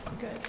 Good